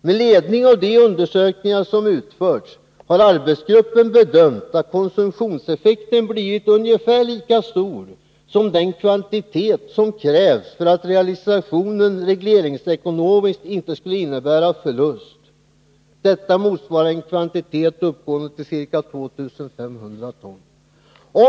Med ledning av de undersökningar som har utförts har arbetsgruppen bedömt att konsumtionseffekten blivit ungefär lika stor som den kvantitet som krävs för att realisationen regleringsekonomiskt inte skulle innebära förlust. Detta motsvarar en kvantitet uppgående till ca 2 500 ton.